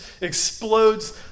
explodes